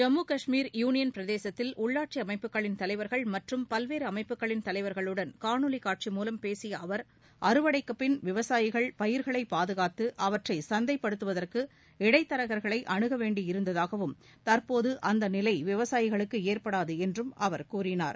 Jammu Kashmir union பிரதேசத்தில் உள்ளாட்சி அமைப்புகளின் தலைவர்கள் மற்றும் பவ்வேறு அமைப்புகளின் தலைவர்களுடன் காணொளி காட்சி மூலம் பேசிய அவர் அறுவடைக்குப் பின் விவசாயிகள் பயிர்களைப் பாதுகாத்து அவற்றை சந்தைப்படுத்துவதற்கு இடைத்தரகர்களை அனுக வேண்டியிருந்ததாகவும் தற்போது அந்த நிலை விவசாயிகளுக்கு ஏற்படாது என்றும் அவர் கூறினார்